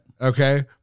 Okay